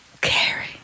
Carrie